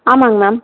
ஆமாம்ங்க மேம்